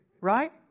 Right